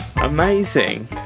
amazing